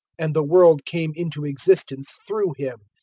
and the world came into existence through him,